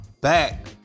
back